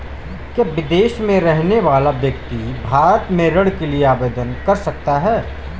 क्या विदेश में रहने वाला व्यक्ति भारत में ऋण के लिए आवेदन कर सकता है?